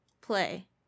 play